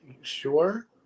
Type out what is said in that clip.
Sure